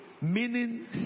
meaning